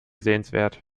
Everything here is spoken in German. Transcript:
sehenswert